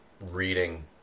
reading